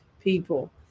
people